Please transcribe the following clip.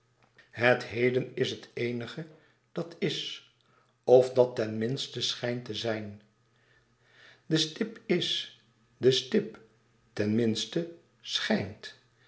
het heden is het eenige dat is of dat ten minste schijnt te zijn de stip is de stip ten minste schijnt